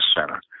center